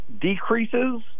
decreases